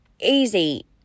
easy